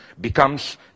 becomes